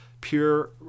pure